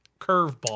curveball